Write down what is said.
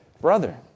brother